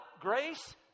Grace